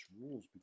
rules